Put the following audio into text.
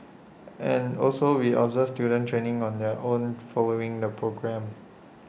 and also we observe students training on their own following the programme